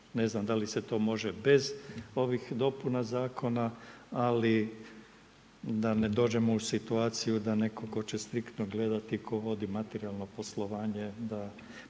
Ne znam da li se to može bez ovih dopuna Zakona, ali da ne dođemo u situaciju da netko tko će striktno gledati tko vodi materijalno poslovanje da,